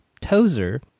Tozer